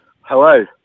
Hello